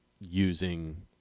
using